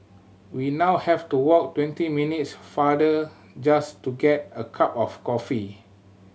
we now have to walk twenty minutes farther just to get a cup of coffee